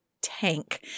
tank